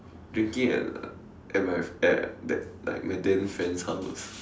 drinking at at my at that like my then friend's house